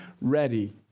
ready